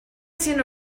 seen